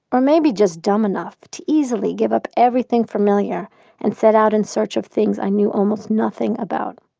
or maybe just dumb enough, to easily give up everything familiar and set out in search of things i knew almost nothing about